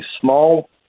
small